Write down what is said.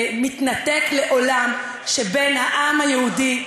הבלתי-מתנתק-לעולם שבין העם היהודי לארצו,